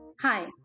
Hi